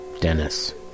Dennis